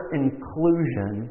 inclusion